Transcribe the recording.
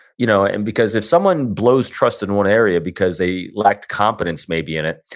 you know? and because if someone blows trust in one area because they lacked competence maybe in it,